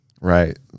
Right